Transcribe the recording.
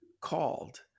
called